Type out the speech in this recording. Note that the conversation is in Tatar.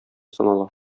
санала